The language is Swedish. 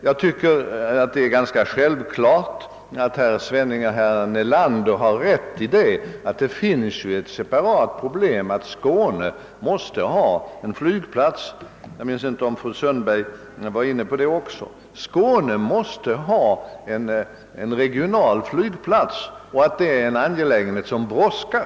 Jag tycker att herr Svenning och herr Nelander har rätt när de säger att det föreligger ett separat problem, nämligen att Skåne måste ha en flygplats. Jag vet inte om även fru Sundberg var inne på detta spörsmål. Skåne måste ha en regional flygplats, och denna angelägenhet är brådskande.